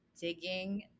digging